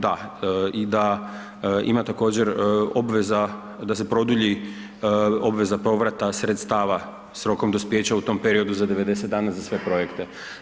Da, i da ima također obveza da se produlji obveza povrata sredstava s rokom dospijeća u tom periodu za 90 dana za sve projekte.